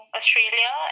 Australia